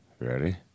Ready